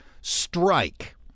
strike